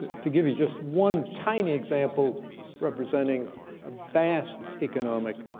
to give you just one tiny example representing a vast economic